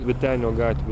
vytenio gatvė